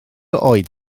oed